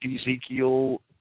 Ezekiel